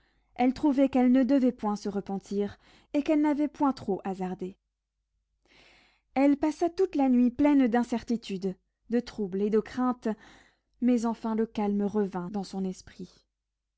elle trouvait qu'elle ne devait point se repentir et qu'elle n'avait point trop hasardé elle passa toute la nuit pleine d'incertitude de trouble et de crainte mais enfin le calme revint dans son esprit